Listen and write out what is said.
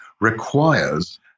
requires